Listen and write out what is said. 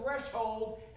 threshold